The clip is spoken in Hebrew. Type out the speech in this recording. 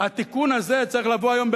התיקון הזה צריך לבוא היום,